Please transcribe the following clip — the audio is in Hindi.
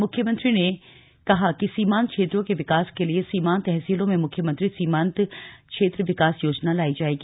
मुख्यमंत्री ने कहा कि सीमांत क्षेत्रों के विकास के लिए सीमांत तहसीलों में मुख्यमंत्री सीमांत क्षेत्र विकास योजना लाई जाएगी